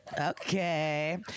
Okay